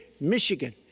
michigan